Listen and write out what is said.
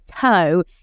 toe